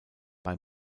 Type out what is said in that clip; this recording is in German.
bei